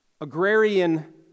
Agrarian